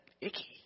icky